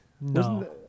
No